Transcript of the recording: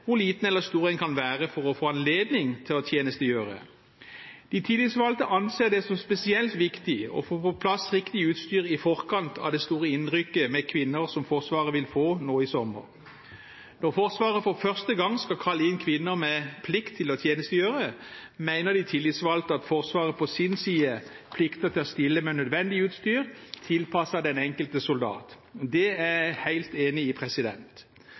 hvor liten eller stor en kan være for å få anledning til å tjenestegjøre. De tillitsvalgte anser det som spesielt viktig å få på plass riktig utstyr i forkant av det store innrykket av kvinner som Forsvaret vil få i sommer. Når Forsvaret for første gang skal kalle inn kvinner med plikt til å tjenestegjøre, mener de tillitsvalgte at Forsvaret på sin side plikter å stille med nødvendig utstyr, tilpasset den enkelte soldat. Det er jeg helt enig i.